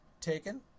taken